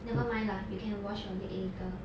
never mind lah you can wash your leg later